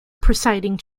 presiding